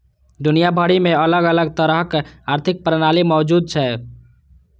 दुनिया भरि मे अलग अलग तरहक आर्थिक प्रणाली मौजूद छै